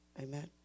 Amen